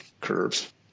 curves